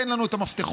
תן לנו את המפתחות.